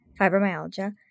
fibromyalgia